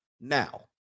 Now